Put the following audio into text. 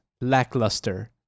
lackluster